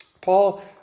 Paul